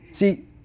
See